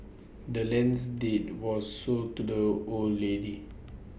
the land's deed was sold to the old lady